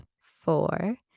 four